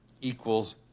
equals